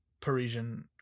Parisian